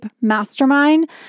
Mastermind